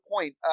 point